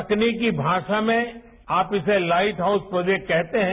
तकनीकी भाषा में आप इसे लाइट हाउस प्रोजेक्ट कहते हैं